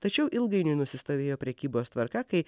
tačiau ilgainiui nusistovėjo prekybos tvarka kai